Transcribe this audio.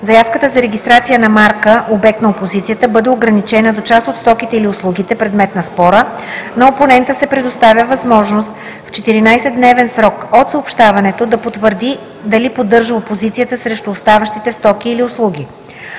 заявката за регистрация на марка – обект на опозиция, бъде ограничена до част от стоките или услугите, предмет на спора, на опонента се предоставя възможност в 14-дневен срок от съобщаването да потвърди дали поддържа опозицията срещу оставащите стоки или услуги.